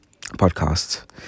podcast